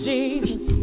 Jesus